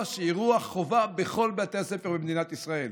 שהוא אירוע חובה בכל בתי הספר במדינת ישראל.